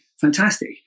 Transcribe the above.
Fantastic